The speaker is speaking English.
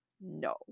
no